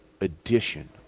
edition